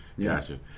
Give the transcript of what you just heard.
gotcha